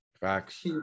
facts